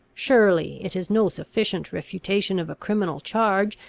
surely it is no sufficient refutation of a criminal charge,